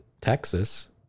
Texas